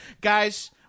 Guys